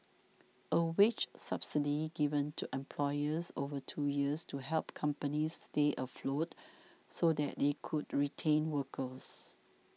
a wage subsidy given to employers over two years to help companies stay afloat so that they could retain workers